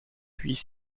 puis